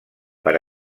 per